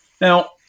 Now